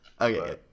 Okay